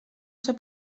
s’ha